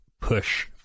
push